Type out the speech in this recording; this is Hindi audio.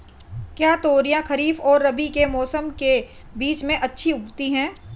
क्या तोरियां खरीफ और रबी के मौसम के बीच में अच्छी उगती हैं?